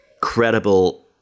credible